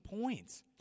points